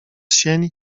sień